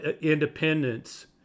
independence